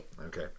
okay